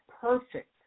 Perfect